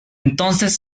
entonces